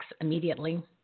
immediately